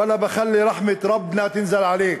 ולא בח'ל מן אלרחמת תרבנה תנזל עליכ.